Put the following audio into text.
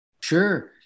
Sure